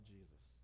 Jesus